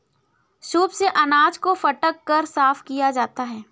soup से अनाज को फटक कर साफ किया जाता है